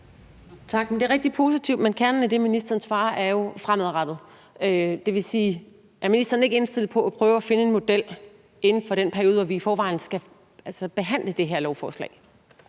Tak. Det er rigtig positivt. Men kernen af det, ministeren svarer, er jo fremadrettet. Det vil sige: Er ministeren ikke indstillet på at prøve at finde en model inden for den periode, hvor vi i forvejen skal behandle det her lovforslag?